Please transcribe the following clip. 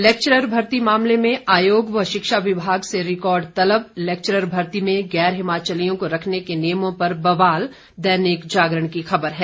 lecturer भर्ती मामले में आयोग व शिक्षा विभाग से रिकॉर्ड तलब लेक्चरर भर्ती में गैर हिमाचलियों को रखने के नियमों पर बवाल दैनिक जागरण की खबर है